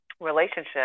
relationship